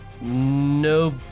no